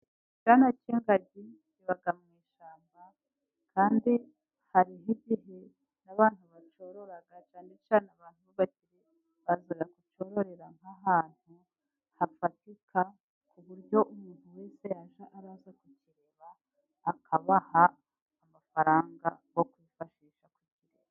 Icyana cy'ingagi kiba mu ishyamba, kandi hariho igihe n'abantu bacyorora, cyane cyane abantu b'abakire baza kucyororera nk'ahantu hafatika, ku buryo umuntu wese yajya aza kukireba, akabaha amafaranga yo kwifashisha.